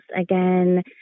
Again